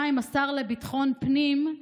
2. השר לביטחון פנים,